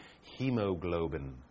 Hemoglobin